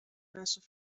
mensen